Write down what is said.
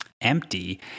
empty